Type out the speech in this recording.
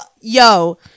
Yo